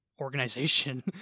organization